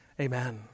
Amen